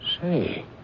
Say